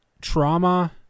trauma